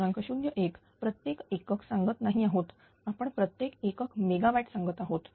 01 प्रत्येक एक क सांगत नाही आहोत आपण प्रत्येक एक क मेगावॅट सांगत आहोत